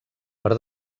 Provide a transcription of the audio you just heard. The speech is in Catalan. per